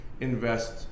invest